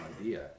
idea